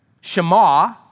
Shema